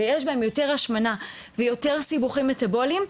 שיש בהן יותר השמנה ויותר סיבוכים מטבוליים,